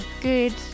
Good